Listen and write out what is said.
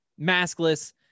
maskless